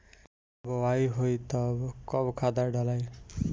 बोआई होई तब कब खादार डालाई?